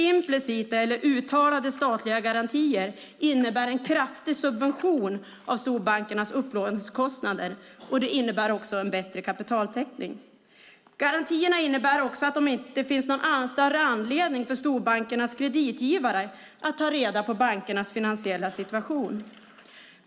Implicita eller uttalade statliga garantier innebär en kraftig subvention av storbankernas upplåningskostnader. De innebär också en bättre kapitaltäckning. Garantierna innebär också att det inte finns någon större anledning för storbankernas kreditgivare att ta reda på bankernas finansiella situation.